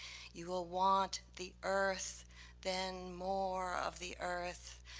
you will want the earth then more of the earth,